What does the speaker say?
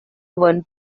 one